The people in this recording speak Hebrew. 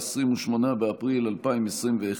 28 באפריל 2021,